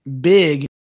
big